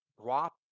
drop